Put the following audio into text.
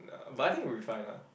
but I think will be fine lah